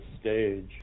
stage